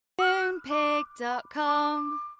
Moonpig.com